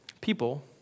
People